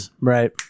Right